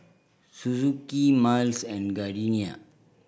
Suzuki Miles and Gardenia